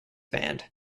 band